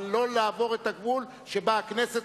אבל לא לעבור את הגבול שבו הכנסת,